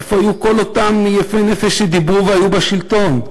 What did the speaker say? איפה היו כל אותם יפי-נפש שדיברו כשהיו בשלטון?